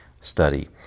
study